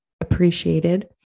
appreciated